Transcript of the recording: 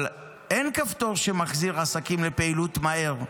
אבל אין כפתור שמחזיר עסקים לפעילות מהר,